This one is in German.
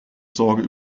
sorge